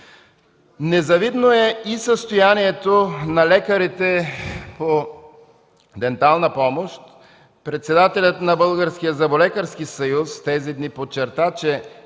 Незавидно е и състоянието на лекарите по дентална помощ. Председателят на Българския зъболекарски съюз тези дни подчерта, че